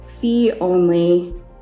fee-only